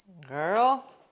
Girl